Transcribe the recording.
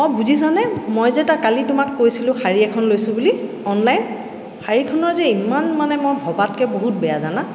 অঁ বুজিছানে মই যে তাক কালি তোমাক কৈছিলোঁ শাৰী এখন লৈছোঁ বুলি অনলাইন শাৰীখনৰ যে ইমান মানে মই ভবাতকৈ বহুত বেয়া জানা